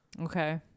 Okay